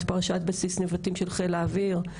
את הפרשה בבסיס נבטים של חיל האוויר,